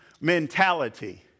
mentality